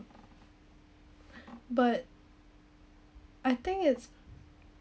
but I think it's